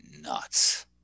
nuts